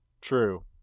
True